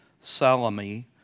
Salome